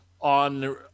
on